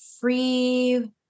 free